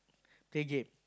play game